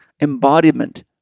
Embodiment